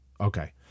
Okay